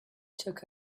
took